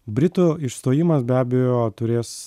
britų išstojimas be abejo turės